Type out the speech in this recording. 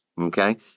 okay